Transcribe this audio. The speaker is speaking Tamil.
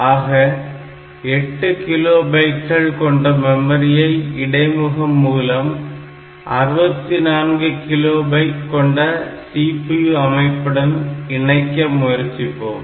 ஆக 8 கிலோ பைட்கள் கொண்ட மெமரியை இடைமுகம் மூலம் 64 கிலோ பைட் கொண்ட CPU அமைப்புடன் இணைக்க முயற்சிப்போம்